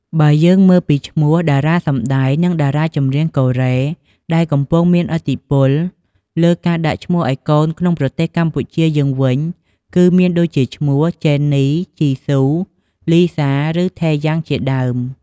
បើយើងមើលពីឈ្មោះតារាសម្ដែង និងតារាចម្រៀងកូរ៉េ ដែលកំពុងមានឥទ្ធិពលលើការដាក់ឈ្មោះឱ្យកូនក្នុងប្រទេសកម្ពុជាយើងវិញ គឺមានដូចជាឈ្មោះ ជេននី ជីស៊ូ លីហ្សា ឬ ថេយាំង ជាដើម។